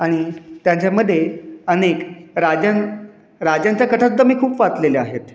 आणि त्यांच्यामध्ये अनेक राजां राजांच्या कथा तर मी खूप वाचलेल्या आहेत